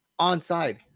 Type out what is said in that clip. Onside